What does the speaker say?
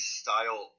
style